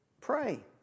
Pray